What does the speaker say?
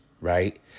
right